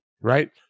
right